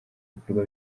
ibikorwa